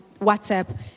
WhatsApp